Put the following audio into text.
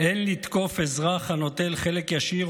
"אין לתקוף אזרח הנוטל חלק ישיר,